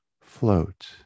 float